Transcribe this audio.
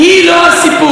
היא לא הסיפור.